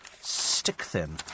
stick-thin